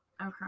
Okay